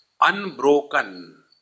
unbroken